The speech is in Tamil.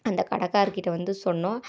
அந்த கடக்காரரு கிட்ட வந்து சொன்னோம்